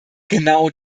genau